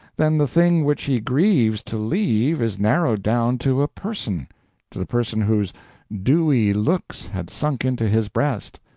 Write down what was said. then the thing which he grieves to leave is narrowed down to a person to the person whose dewy looks had sunk into his breast,